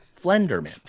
flenderman